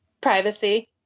Privacy